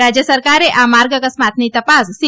રાજ્ય સરકારે આ માર્ગ અકસ્માતની તપાસ સી